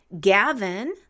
Gavin